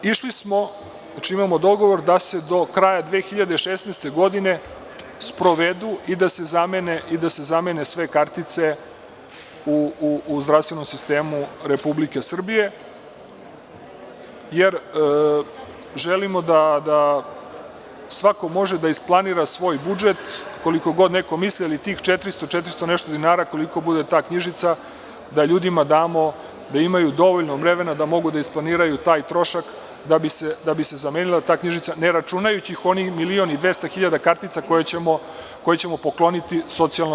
Imamo dogovor da se do kraja 2016. godine sprovedu i da se zamene sve kartice u zdravstvenom sistemu Republike Srbije, jer želimo da svako može da isplanira svoj budžet koliko god neko mislio, ali tih četiri stotine, četiri stotine i nešto dinara koliko bude ta knjižica, da ljudima damo da imaju dovoljno vremena da mogu da isplaniraju taj trošak da bi se zamenila ta knjižica, ne računajući onih milion i 200 hiljada kartica koje ćemo pokloniti socijalnom…